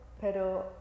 pero